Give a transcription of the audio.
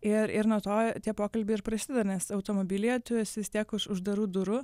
ir ir nuo to tie pokalbiai ir prasideda nes automobilyje tu esi vis tiek už uždarų durų